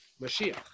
Mashiach